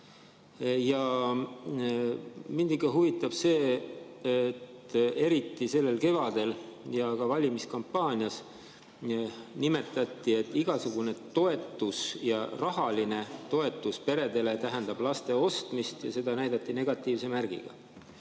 Ja mind ikka huvitab see. Eriti sellel kevadel ja ka valimiskampaanias nimetati, et igasugune toetus, rahaline toetus peredele tähendab laste ostmist, ja seda näidati negatiivse märgiga.